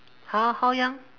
how how young